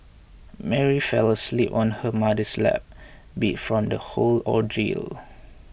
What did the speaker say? Mary fell asleep on her mother's lap beat from the whole ordeal